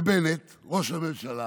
ובאמת ראש הממשלה